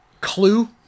clue